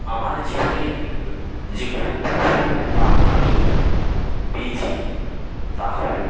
আমার জীবনে যে গুরুত্বপূর্ণ পাঠ আমি পেয়েছি তা হল